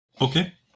Okay